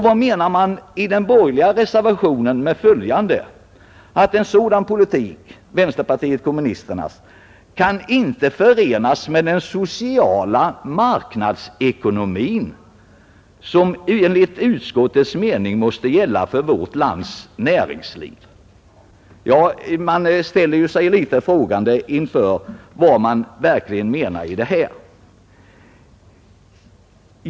Vad menar man i den borgerliga reservationen 3 med följande: ”En sådan politik” som vänsterpartiet kommunisterna förordar ”kan inte förenas med den sociala marknadsekonomi, som enligt utskottets mening måste gälla för vårt lands näringsliv?” Man ställer sig ju litet frågande till vad som verkligen menas med detta.